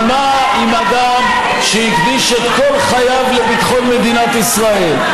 אבל מה עם אדם שהקדיש את כל חייו לביטחון מדינת ישראל?